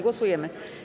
Głosujemy.